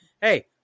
Hey